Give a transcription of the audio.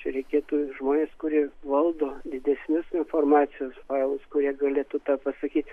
čia reikėtų žmonės kuris valdo didesnius informacijos failus kurie galėtų tą pasakyti